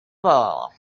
ball